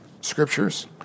Scriptures